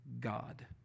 God